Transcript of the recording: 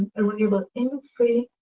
and renewable industry,